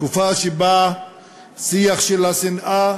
תקופה שבה השיח של השנאה,